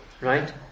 right